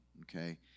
okay